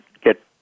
get